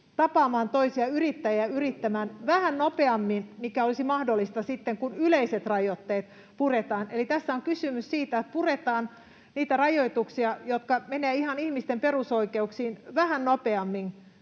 tapaamaan toisiaan ja yrittäjiä yrittämään vähän nopeammin kuin olisi mahdollista sitten, kun yleiset rajoitteet puretaan. Eli tässä on kysymys siitä, että puretaan niitä rajoituksia, jotka menevät ihan ihmisten perusoikeuksiin, vähän nopeammin